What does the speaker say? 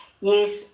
Yes